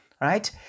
right